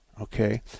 Okay